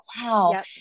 wow